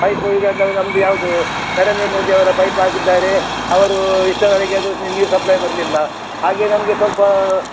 pipe ಈಗ ನಮ್ಮದು ಯಾವುದೂ ನರೇಂದ್ರ ಮೋದಿಯವರ ಪೈಪ್ ಹಾಕಿದ್ದಾರೆ ಅವರೂ ಇಷ್ಟರವರೆಗೆ ಅದು ನೀರು ಸಪ್ಲೈ ಬರಲಿಲ್ಲ ಹಾಗೆ ನಮಗೆ ಸ್ವಲ್ಪ